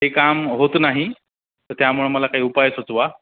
ते काम होत नाही तर त्यामुळं मला काही उपाय सुचवा